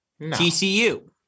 TCU